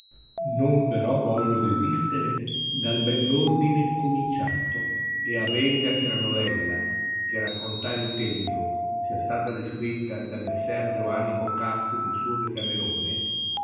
non però voglio desistere dal bell'ordine cominciato e avenga che la nevella che raccontar intendo sia stata descritta da messer giovanni boccaccio nel suo decamerone